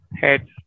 head